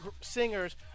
singers